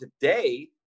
today